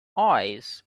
eyes